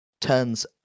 turns